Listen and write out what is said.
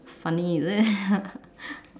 funny is it